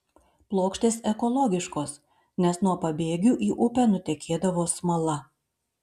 plokštės ekologiškos nes nuo pabėgių į upę nutekėdavo smala